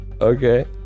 Okay